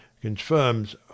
confirms